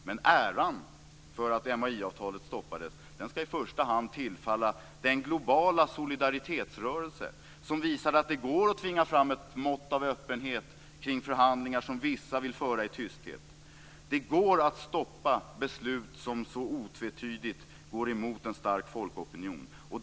Men äran för att MAI-avtalet stoppades skall i första hand tillfalla den globala solidaritetsrörelse som visade att det går att tvinga fram ett mått av öppenhet kring förhandlingar som vissa vill föra i tysthet. Det går att stoppa beslut som så otvetydigt går emot en stark folkopinion.